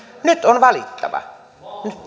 nyt on valittava